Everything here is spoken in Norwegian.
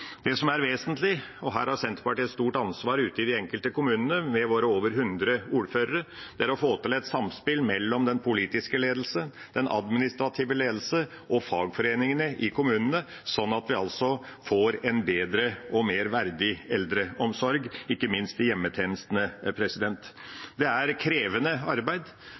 Det som er vesentlig – og her har Senterpartiet et stort ansvar ute i de enkelte kommunene med våre over 100 ordførere – er å få til et samspill mellom den politiske ledelse, den administrative ledelse og fagforeningene i kommunene, slik at vi får en bedre og mer verdig eldreomsorg, ikke minst i hjemmetjenestene. Det er krevende arbeid.